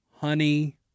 honey